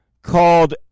Called